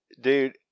dude